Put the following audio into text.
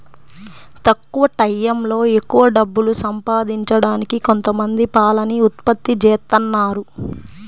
తక్కువ టైయ్యంలో ఎక్కవ డబ్బులు సంపాదించడానికి కొంతమంది పాలని ఉత్పత్తి జేత్తన్నారు